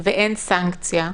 ואין סנקציה,